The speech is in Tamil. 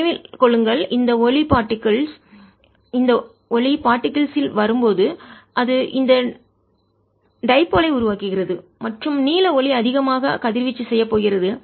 நினைவில் கொள்ளுங்கள் இந்த ஒளி பார்டிகில்ஸ் துகள்கள் இல் வரும்போது அது இந்த டைபோல் ஐ இரு முனைகளை உருவாக்குகிறது மற்றும் நீல ஒளி அதிகமாக கதிர்வீச்சு செய்யப் போகிறது